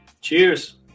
Cheers